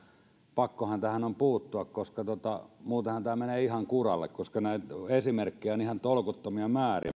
pakkohan tähän on puuttua koska muutenhan tämä menee ihan kuralle koska näitä esimerkkejä on ihan tolkuttomia määriä